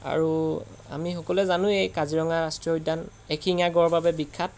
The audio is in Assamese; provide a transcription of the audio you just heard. আৰু আমি সকলোৱে জানোৱে কাজিৰঙা ৰাষ্ট্ৰীয় উদ্যান এশিঙীয়া গঁড়ৰৰ বাবে বিখ্যাত